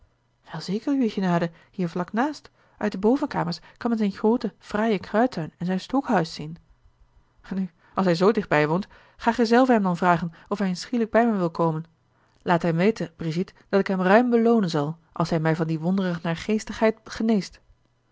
wel zeker uwe genade hier vlak naast uit de bovenkamers kan men zijn grooten fraaien kruidtuin en zijn stookhuis zien nu als hij zoo dichtbij woont ga gij zelve hem dan vragen of hij eens schielijk bij mij wil komen laat hij weten brigitte dat ik hem ruim beloonen zal als hij mij van die wondre naargeestigheid geneest